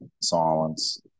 silence